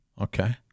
Okay